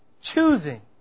choosing